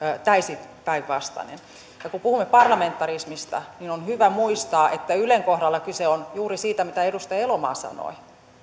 täysin päinvastainen ja kun puhumme parlamentarismista niin on hyvä muistaa että ylen kohdalla kyse on juuri siitä mitä edustaja elomaa sanoi